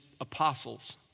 apostles